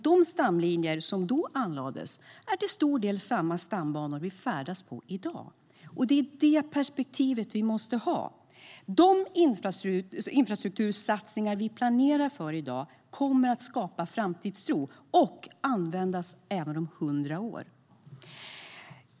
De stamlinjer som då anlades är till stor del samma stambanor som vi färdas på i dag. Det är det perspektivet vi måste ha. De infrastruktursatsningar vi planerar för i dag kommer att skapa framtidstro och användas även om 100 år.